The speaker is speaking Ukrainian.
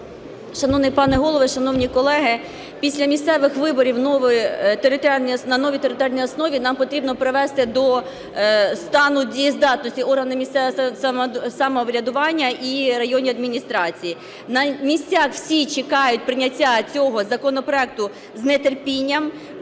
Шановний пане Голово, шановні колеги! Після місцевих виборів на новій територіальній основі нам потрібно привести до стану дієздатності органи місцевого самоврядування і районні адміністрації. На місцях всі чекають прийняття цього законопроекту з нетерпінням.